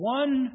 one